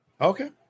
Okay